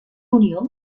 unió